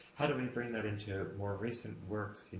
how do we bring that into more recent works?